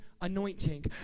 anointing